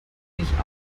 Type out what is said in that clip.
nicht